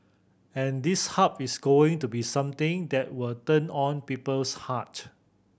and this Hub is going to be something that will turn on people's heart